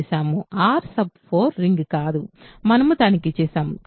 R4 ring కాదు మనము తనిఖీ చేసాము